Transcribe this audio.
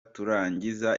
turangiza